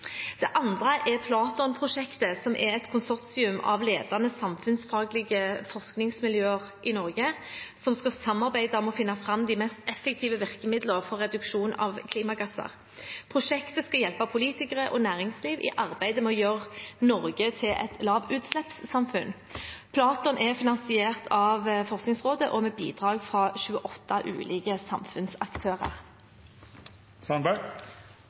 Det andre er PLATON-prosjektet, som er et konsortium av ledende samfunnsfaglige forskningsmiljøer i Norge som skal samarbeide om å finne fram de mest effektive virkemidler for reduksjon av klimagasser. Prosjektet skal hjelpe politikere og næringsliv i arbeidet med å gjøre Norge til et lavutslippssamfunn. PLATON er finansiert av Forskningsrådet og med bidrag fra 28 ulike